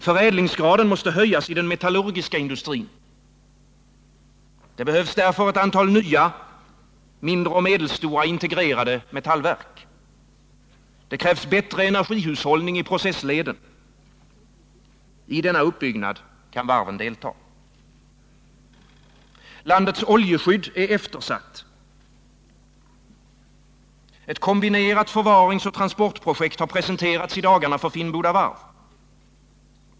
Förädlingsgraden måste höjas i den metallurgiska industrin. Det behövs därför ett antal nya, mindre och medelstora integrerade metallverk. Det krävs bättre energihushållning i processleden. I denna uppbyggnad kan varven delta. Landets oljeskydd är eftersatt. Ett kombinerat förvaringsoch transportprojekt har presenterats i dagarna för Finnboda varv.